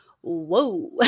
whoa